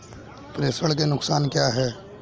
प्रेषण के नुकसान क्या हैं?